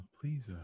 Please